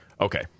Okay